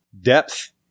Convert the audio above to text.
depth